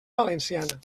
valenciana